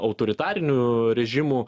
autoritarinių režimų